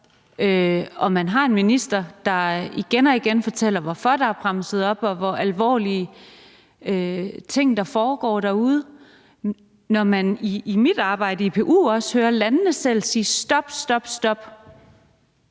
når man har en minister, der igen og igen fortæller, hvorfor der er blevet bremset op, og fortæller om, hvor alvorlige ting, der foregår derude, og når man, som jeg gør i mit arbejde i IPU, også hører landene selv sige stop? Kl.